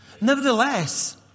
nevertheless